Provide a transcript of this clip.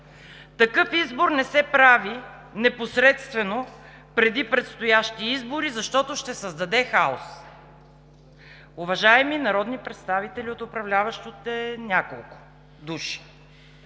такъв избор не се прави непосредствено преди предстоящи избори, защото ще създаде хаос. Уважаеми народни представители от управляващите няколко души,